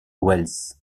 wells